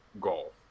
goal